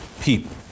people